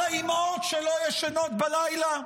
על האימהות שלא ישנות בלילה?